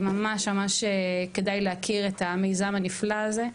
ממש ממש כדאי להכיר את המיזם הנפלא הזה.